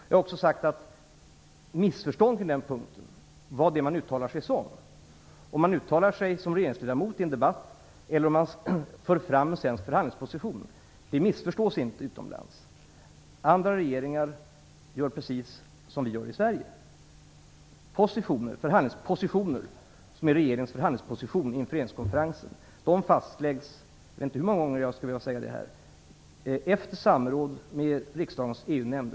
Jag har sagt att man på den punkten inte bör missförstå i vilken egenskap man uttalar sig, om man uttalar sig som regeringsledamot eller om man för fram svensk förhandlingsposition. Detta missförstås inte utomlands. Andra regeringar gör precis som vi gör i - jag vet inte hur många gånger jag måste säga det - efter samråd med riksdagens EU-nämnd.